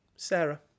Sarah